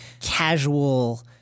casual